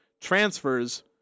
transfers